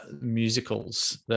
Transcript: musicals